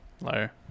Liar